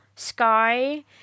sky